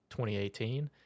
2018